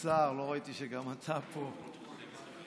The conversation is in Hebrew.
אני רואה שהבאת חומרים לתשע שעות.